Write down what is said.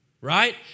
right